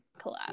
collab